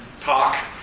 talk